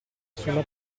sulla